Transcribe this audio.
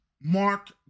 Mark